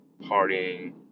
Partying